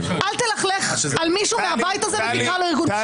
אל תלכלך על מישהו מהבית הזה ותקרא לו ארגון פשיעה.